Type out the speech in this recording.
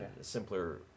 simpler